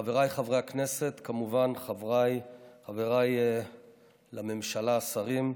חבריי חברי הכנסת, כמובן חבריי לממשלה, השרים,